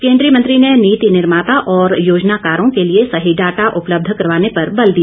केंद्रीय मंत्री ने नीति निर्माता और योजनाकारों के लिए सही डाटा उपलब्ध करवाने पर बल दिया